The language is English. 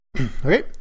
okay